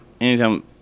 Anytime